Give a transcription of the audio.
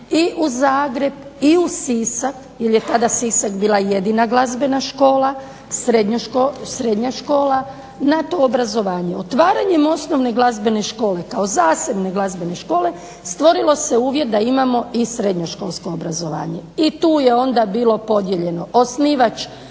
i u Zagreb i u Sisak, jer je tada Sisak bila jedina glazbena škola, srednja škola na to obrazovanje. Otvaranjem osnovne glazbene škole kao zasebne glazbene škole stvorilo se uvjet da imamo i srednjoškolsko obrazovanje. I tu je onda bilo podijeljeno osnivač